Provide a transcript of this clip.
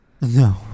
No